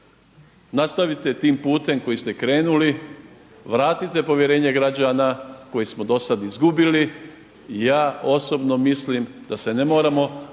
nastavite tim putem kojim ste krenuli, vratite povjerenje građana koje smo dosad izgubili, ja osobno mislim da se ne moramo bojati